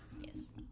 Yes